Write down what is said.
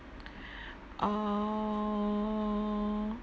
err